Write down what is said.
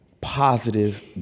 positive